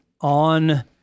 on